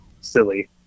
silly